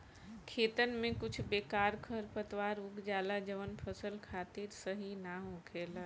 खेतन में कुछ बेकार खरपतवार उग जाला जवन फसल खातिर सही ना होखेला